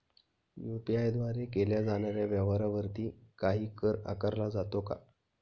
UPI द्वारे केल्या जाणाऱ्या व्यवहारावरती काही कर आकारला जातो का?